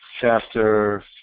chapter